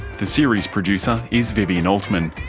the series producer is vivien altman,